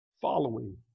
Following